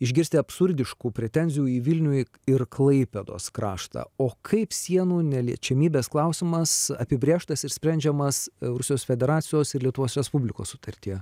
išgirsti absurdiškų pretenzijų į vilnių ir klaipėdos kraštą o kaip sienų neliečiamybės klausimas apibrėžtas ir sprendžiamas rusijos federacijos ir lietuvos respublikos sutartyje